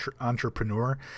entrepreneur